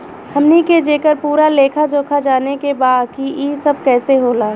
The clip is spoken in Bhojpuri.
हमनी के जेकर पूरा लेखा जोखा जाने के बा की ई सब कैसे होला?